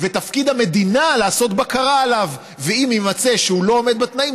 ותפקיד המדינה לעשות בקרה עליו ואם יימצא שהוא לא עומד בתנאים,